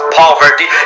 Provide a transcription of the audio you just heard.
poverty